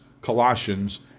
Colossians